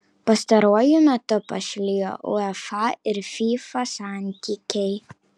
pastaruoju metu pašlijo uefa ir fifa santykiai